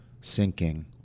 sinking